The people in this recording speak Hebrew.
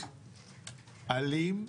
אלים,